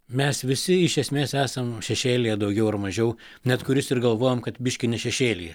mes visi iš esmės esam šešėlyje daugiau ar mažiau net kuris ir galvojam kad biškį ne šešėlyje